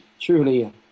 truly